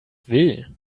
will